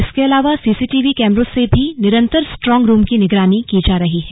इसके अलावा सीसीटीवी कैमरों से भी निरन्तर स्ट्रांग रूम की निगरानी की जा रही है